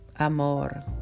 Amor